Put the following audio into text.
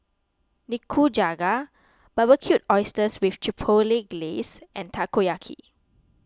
Nikujaga Barbecued Oysters with Chipotle Glaze and Takoyaki